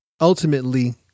ultimately